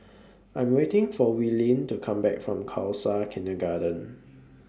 I'm waiting For Willene to Come Back from Khalsa Kindergarten